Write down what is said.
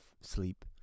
sleep